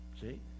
See